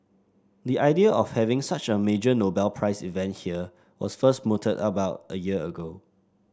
the idea of having such a major Nobel Prize event here was first mooted about a year ago